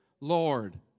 Lord